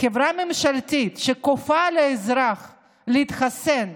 חברה ממשלתית שכופה על האזרח להתחסן,